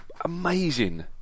amazing